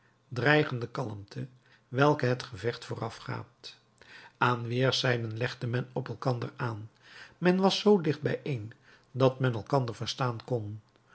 dreigende kalmte welke het gevecht voorafgaat aan weerszijden legde men op elkander aan men was zoo dicht bijeen dat men elkander verstaan kon